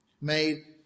Made